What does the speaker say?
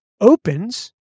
opens